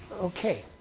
okay